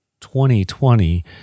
2020